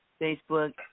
Facebook